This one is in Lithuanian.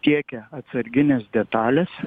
tiekia atsargines detales